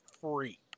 free